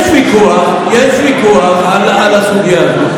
יש ויכוח, יש ויכוח על הסוגיה הזאת.